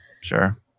Sure